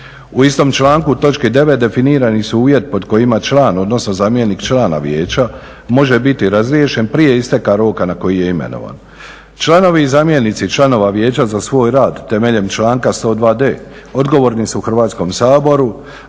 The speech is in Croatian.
U istom članku, točki 9. definirani su uvjeti pod kojima član, odnosno zamjenik člana vijeća može biti razriješen prije isteka roka na koji je imenovan. Članovi i zamjenici članova vijeća za svoj rad temeljem članka 102d. odgovorni su Hrvatskom saboru,